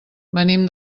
venim